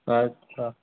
अच्छा